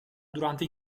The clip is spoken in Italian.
durante